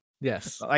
Yes